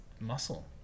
muscle